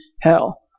hell